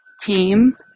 team